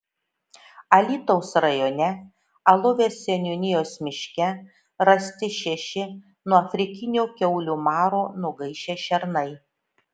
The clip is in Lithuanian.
alytaus rajone alovės seniūnijos miške rasti šeši nuo afrikinio kiaulių maro nugaišę šernai